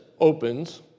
opens